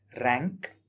rank